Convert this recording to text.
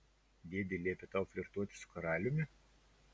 dėdė liepė tau flirtuoti su karaliumi